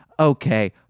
Okay